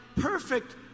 perfect